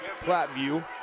Platteview